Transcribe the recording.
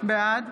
בעד